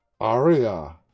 Aria